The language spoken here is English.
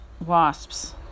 wasps